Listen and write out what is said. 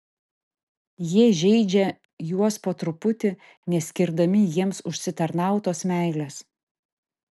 jie žeidžia juos po truputį neskirdami jiems užsitarnautos meilės